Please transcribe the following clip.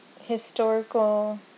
historical